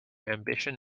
ambition